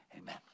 amen